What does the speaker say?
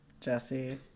Jesse